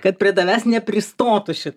kad prie tavęs nepristotų šitai